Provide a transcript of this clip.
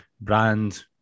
brand